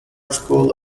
school